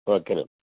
ఓకేను